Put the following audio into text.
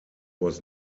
was